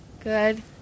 Good